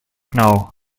know